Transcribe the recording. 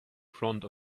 front